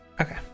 Okay